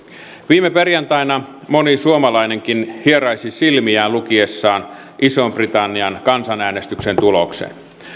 viime perjantaina moni suomalainenkin hieraisi silmiään lukiessaan ison britannian kansanäänestyksen tuloksen